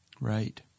Right